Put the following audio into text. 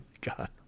God